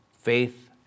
Faith